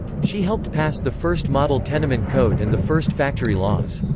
she helped pass the first model tenement code and the first factory laws.